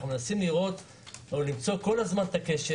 אנחנו מנסים למצוא כל הזמן את הקשר